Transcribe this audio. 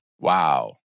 Wow